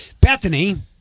Bethany